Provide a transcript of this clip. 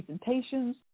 presentations